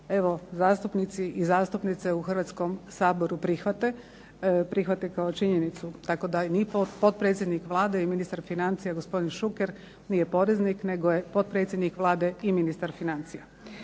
evo zastupnici i zastupnice u Hrvatskom saboru prihvate, prihvate kao činjenicu tako da ni potpredsjednik Vlade i ministar financija gospodin Šuker nije poreznik, nego je potpredsjednik Vlade i ministar financija.